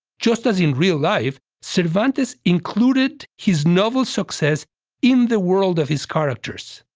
just as in real-life, cervantes included his novel's success in the world of his characters.